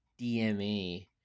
DMA